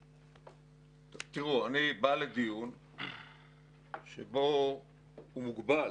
תראו, אני בא לדיון שהוא מוגבל.